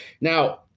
Now